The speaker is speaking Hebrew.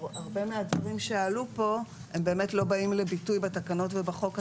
הרבה מהדברים שעלו פה לא באים לביטוי בתקנות ובחוק עצמו,